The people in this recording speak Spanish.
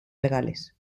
legales